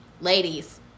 Ladies